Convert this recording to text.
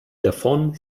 davon